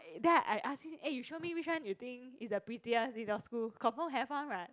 then I ask him eh you show me which one you think is the prettiest in your school confirm have one what